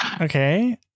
Okay